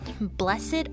blessed